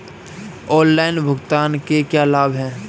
Online भुगतान के क्या लाभ हैं?